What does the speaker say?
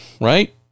right